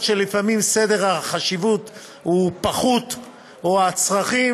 שלפעמים סדר החשיבות הוא פחוּת או הצרכים,